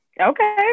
Okay